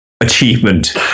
Achievement